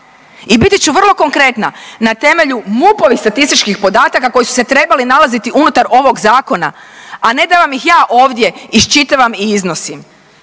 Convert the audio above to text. I biti ću vrlo konkretna, na temelju MUP-ovih statističkih podataka koji su se trebali nalaziti unutar ovoga zakona, a ne da vam ih ja ovdje iščitavam i iznosim